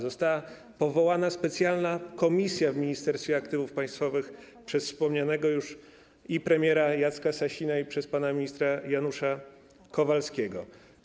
Została powołana specjalna komisja w Ministerstwie Aktywów Państwowych przez wspomnianego już premiera Jacka Sasina i przez pana ministra Janusza Kowalskiego.